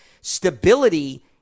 Stability